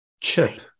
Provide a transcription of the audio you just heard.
chip